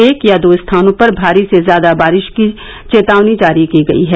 एक या दो स्थानों पर भारी से ज्यादा भारी बारिश की चेतावनी जारी की गयी है